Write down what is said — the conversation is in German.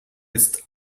ist